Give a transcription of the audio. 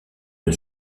une